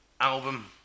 album